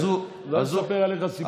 לא אספר עליך סיפורים.